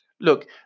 look